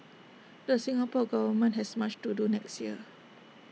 the Singapore Government has much to do next year